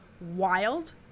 wild